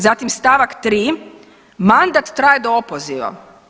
Zatim stavak 3. mandat traje do opoziva.